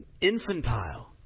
infantile